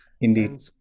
Indeed